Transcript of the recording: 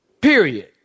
Period